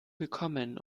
gekommen